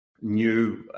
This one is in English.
new